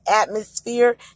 atmosphere